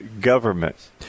government